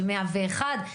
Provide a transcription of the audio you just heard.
של 101,